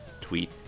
tweet